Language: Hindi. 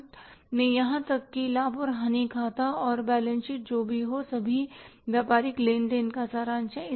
अंत में यहां तक कि लाभ और हानि खाता और बैलेंस शीट भी जो कि सभी व्यापारिक लेन का सारांश है